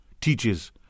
teaches